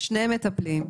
שני מטפלים,